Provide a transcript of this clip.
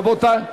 רבותי,